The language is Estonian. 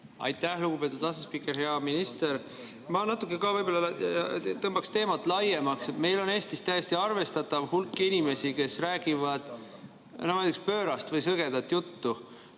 Aitäh, lugupeetud asespiiker! Hea minister! Ma natuke ka tõmbaks teemat laiemaks. Meil on Eestis täiesti arvestatav hulk inimesi, kes räägivad pöörast või sõgedat juttu,